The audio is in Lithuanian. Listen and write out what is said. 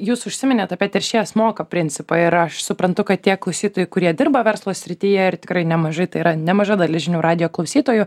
jūs užsiminėt apie teršėjas moka principą ir aš suprantu kad tie klausytojai kurie dirba verslo srityje ir tikrai nemažai tai yra nemaža dalis žinių radijo klausytojų